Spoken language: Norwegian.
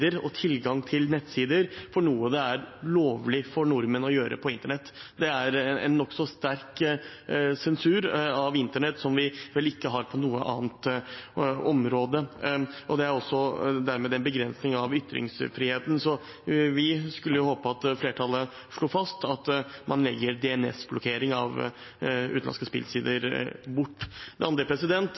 og tilgang til nettsider på grunn av noe det er lovlig for nordmenn å gjøre på internett. Det er en nokså sterk sensur av internett, som vi vel ikke har på noe annet område, og det er dermed også en begrensning av ytringsfriheten. Så vi skulle ønske at flertallet slo fast at man legger bort DNS-blokkering av utenlandske spillsider. Det andre